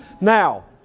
now